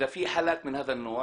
דבר נוסף,